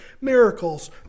miracles